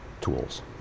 tools